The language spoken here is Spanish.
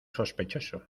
sospechoso